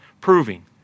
proving